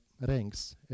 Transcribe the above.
ranks